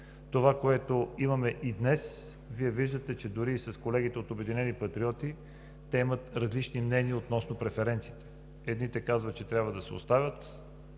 Това, което имаме и днес – Вие виждате, че дори и с колегите от „Обединени патриоти“, те имат различни мнения относно преференциите. Едните казват, че трябва да се оставят,